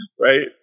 right